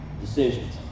decisions